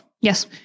Yes